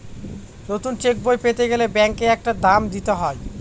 নতুন চেকবই পেতে গেলে ব্যাঙ্কে একটা দাম দিতে হয়